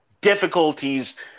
difficulties